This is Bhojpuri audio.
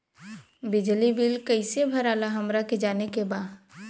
बिजली बिल कईसे भराला हमरा के जाने के बा?